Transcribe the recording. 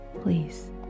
please